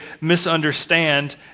misunderstand